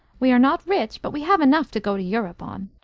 we are not rich, but we have enough to go to europe on.